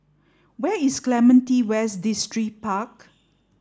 where is Clementi West Distripark